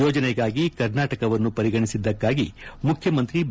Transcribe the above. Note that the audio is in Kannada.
ಯೋಜನೆಗಾಗಿ ಕರ್ನಾಟಕವನ್ನು ಪರಿಗಣಿಸಿದ್ದಕ್ಕಾಗಿ ಮುಖ್ಯಮಂತ್ರಿ ಬಿ